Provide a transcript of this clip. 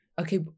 okay